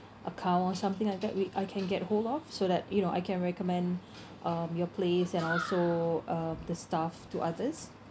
account or something like that where I can get hold of so that you know I can recommend um your place and also um the staff to others